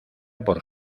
por